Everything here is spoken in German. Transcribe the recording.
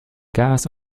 gas